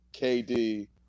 KD